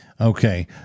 Okay